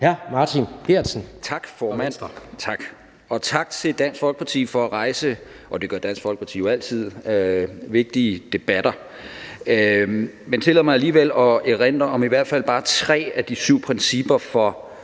Martin Geertsen (V): Tak, formand, og tak til Dansk Folkeparti for at rejse – og det gør Dansk Folkeparti jo altid – vigtige debatter. Men tillad mig alligevel at erindre om i hvert fald bare tre af de syv principper for